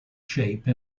shape